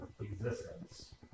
existence